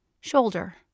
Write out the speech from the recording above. Shoulder